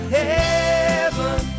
heaven